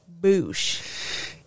Boosh